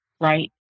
right